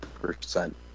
percent